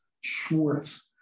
Schwartz